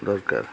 ଦରକାର